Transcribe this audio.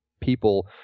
people